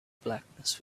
blackness